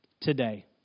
today